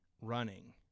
running